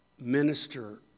minister